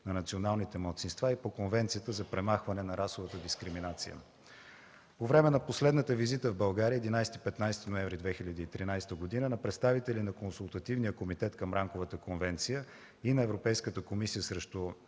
на националните малцинства и по Конвенцията за премахване на расовата дискриминация. По време на последната визита в България – 11 15 ноември 2013 г., на представители на Консултативния комитет към Рамковата конвенция и на Европейската комисия срещу